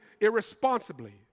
irresponsibly